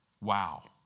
Wow